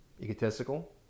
egotistical